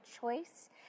choice